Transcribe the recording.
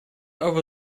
over